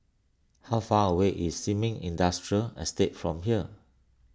how far away is Sin Ming Industrial Estate from here